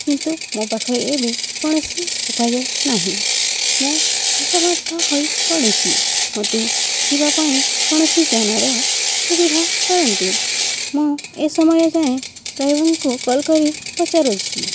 କିନ୍ତୁ ମୋ ପାଖରେ ଏବେ କୌଣସି ଉପାୟ ନାହିଁ ମୁଁ ଅସମର୍ଥ ହୋଇପଡ଼ିଛି ମୋତେ ଯିବା ପାଇଁ କୌଣସି ଯାନର ସୁବିଧା କରନ୍ତୁ ମୁଁ ଏ ସମୟ ଯାଏଁ ଡ୍ରାଇଭରଙ୍କୁ କଲ୍ କରି ପଚାରୁଛି